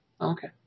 Okay